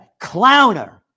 Clowner